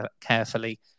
carefully